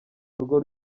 urwo